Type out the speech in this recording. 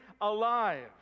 alive